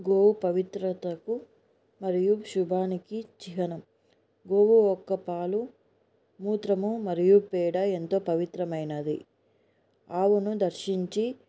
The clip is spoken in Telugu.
గోవు పవిత్రతకు మరియు శుభానికి చిహ్నం గోవు యొక్క పాలు మూత్రము మరియు పేడ ఎంతో పవిత్రమైనది ఆవును దర్శించి